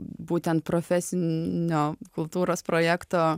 būtent profesinio kultūros projekto